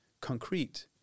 concrete